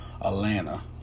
Atlanta